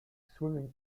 swimming